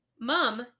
mom